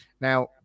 Now